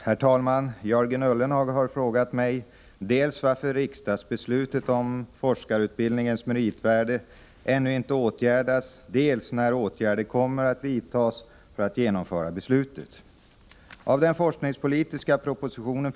Herr talman! Jörgen Ullenhag har frågat mig dels varför riksdagsbeslutet om forskarutbildningens meritvärde ännu inte åtgärdats, dels när åtgärder kommer att vidtas för att genomföra beslutet. Av den forskningspolitiska propositionen (1983/84:107 bil.